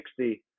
60